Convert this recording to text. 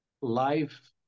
life